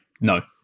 no